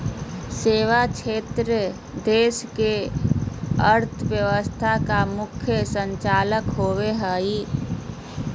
सेवा क्षेत्र देश के अर्थव्यवस्था का मुख्य संचालक होवे हइ